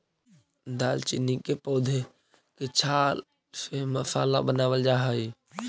दालचीनी के पौधे के छाल से मसाला बनावाल जा हई